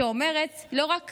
שאומרת: לא רק